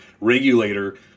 regulator